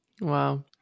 Wow